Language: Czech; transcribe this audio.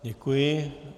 Děkuji.